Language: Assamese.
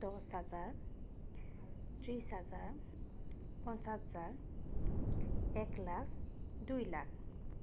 দহ হাজাৰ ত্ৰিছ হাজাৰ পঞ্চাছ হাজাৰ এক লাখ দুই লাখ